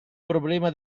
problema